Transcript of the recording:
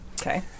Okay